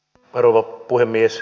arvon puhemies